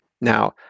Now